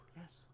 Yes